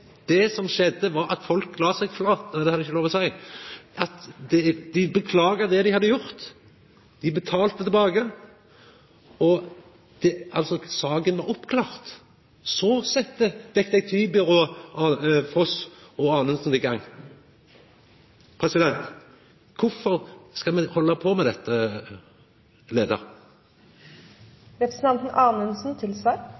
det som skjedde, var at folk la seg flate – nei, det har eg ikkje lov å seia – dei beklaga det dei hadde gjort, dei betalte tilbake, og saka var oppklart. Så sette «Detektivbyrået Foss og Anundsen» i gang. Kvifor skal me halda på med dette,